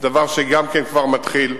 שזה דבר שגם כן כבר מתחיל.